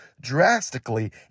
drastically